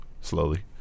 slowly